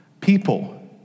people